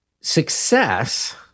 Success